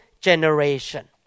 generation